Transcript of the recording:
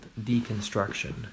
deconstruction